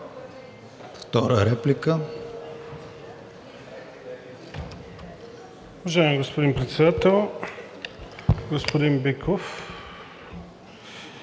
втора реплика.